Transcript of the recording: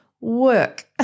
work